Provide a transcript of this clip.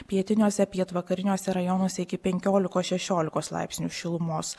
pietiniuose pietvakariniuose rajonuose iki penkiolikos šešiolikos laipsnių šilumos